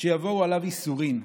יבואו עליו ייסורין.